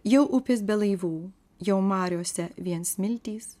jau upės be laivų jau mariose vien smiltys